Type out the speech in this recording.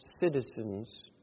citizens